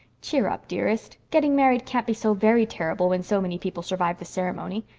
cheer up, dearest. getting married can't be so very terrible when so many people survive the ceremony.